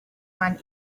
one